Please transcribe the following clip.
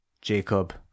Jacob